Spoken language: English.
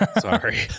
Sorry